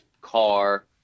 car